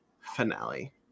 finale